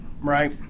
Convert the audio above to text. Right